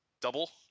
Double